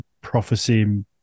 prophecy